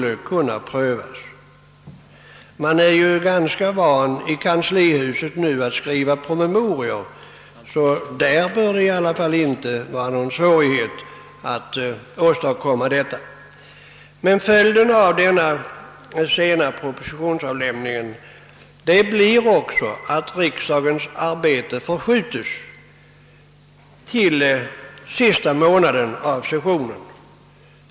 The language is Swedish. I kanslihuset är man ju numera ganska van vid att skriva promemorior, varför det inte bör vara svårt att där åstadkomma en sådan förhandsanmälan. Följden av detta sena propositionsavlämnande blir också att riksdagens arbete förskjutes till den sista månaden av sessionen.